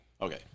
Okay